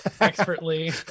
expertly